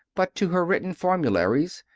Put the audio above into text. but to her written formularies,